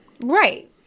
Right